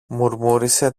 μουρμούρισε